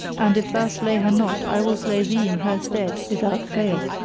and, if thou slay her not, i will slay thee in her stead without fail.